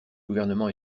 gouvernement